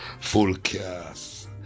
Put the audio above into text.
fullcast